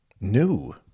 New